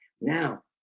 now